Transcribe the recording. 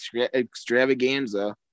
extravaganza